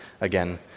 again